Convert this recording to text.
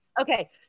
Okay